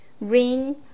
Ring